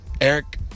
Eric